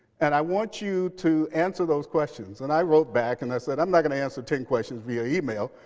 and i want you to answer those questions. and i wrote back and i said, i'm not going to answer ten questions via email.